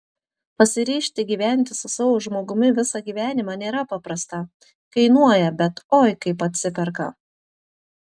pasiryžti gyventi su savo žmogumi visą gyvenimą nėra paprasta kainuoja bet oi kaip atsiperka